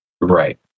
Right